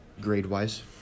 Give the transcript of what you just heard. grade-wise